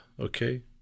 okay